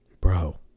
Bro